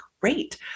great